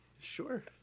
Sure